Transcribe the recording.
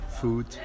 Food